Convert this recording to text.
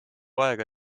aega